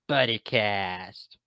Buddycast